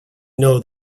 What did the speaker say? know